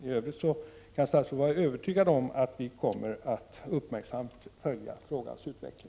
I övrigt kan statsrådet vara övertygad om att vi kommer att uppmärksamt följa frågans utveckling.